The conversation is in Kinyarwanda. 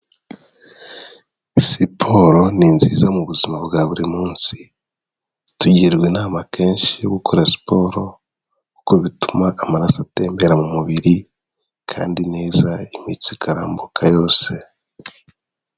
Siporo ni nziza mu buzima bwa buri munsi. Tugirwa inama kenshi yo gukora siporo kuko bituma amaraso atembera mu mubiri kandi neza imitsi ikarambuka yose.